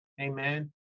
Amen